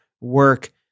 work